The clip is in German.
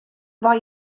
war